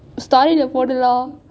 story leh போடலாம்:podalaam